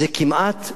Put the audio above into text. זו כמעט,